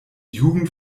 jugend